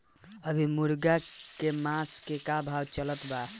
अभी मुर्गा के मांस के का भाव चलत बा?